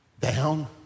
down